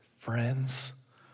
friends